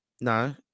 no